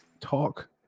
talk